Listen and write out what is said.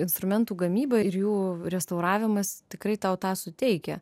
instrumentų gamyba ir jų restauravimas tikrai tau tą suteikia